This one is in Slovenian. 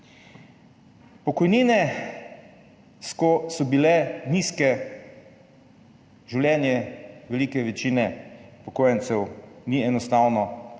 Pokojnine so bile nizke, življenje velike večine upokojencev ni enostavno, ampak